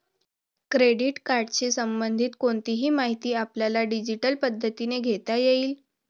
credit कार्डशी संबंधित कोणतीही माहिती आपल्याला डिजिटल पद्धतीने घेता येईल